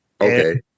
Okay